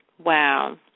Wow